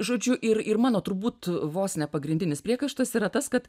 žodžiu ir ir mano turbūt vos ne pagrindinis priekaištas yra tas kad